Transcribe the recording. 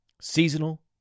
seasonal